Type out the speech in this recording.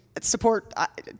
support